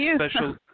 special